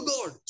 God